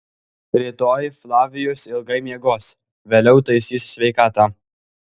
rytoj flavijus ilgai miegos vėliau taisys sveikatą